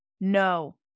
no